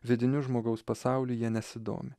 vidiniu žmogaus pasauliu jie nesidomi